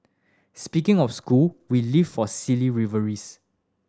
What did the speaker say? speaking of school we live for silly rivalries